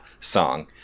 song